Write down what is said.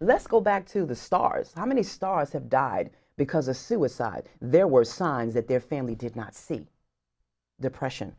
let's go back to the stars how many stars have died because a suicide there were signs that their family did not see the pression